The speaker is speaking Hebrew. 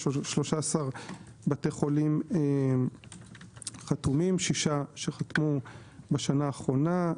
יש 13 בתי חולים שחתמו בשנה האחרונה,